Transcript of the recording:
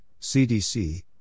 CDC